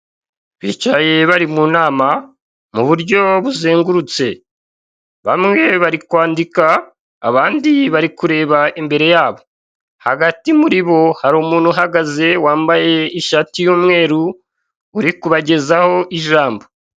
Bicaye bari mu nama mu buryo buzengurutse, bamwe bari kwandika abandi bari kureba imbere yabo, hagati muribo hari umuntu uhagaze wambaye ishati y'umweru uri kubagezaho ijambo.